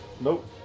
Nope